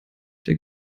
der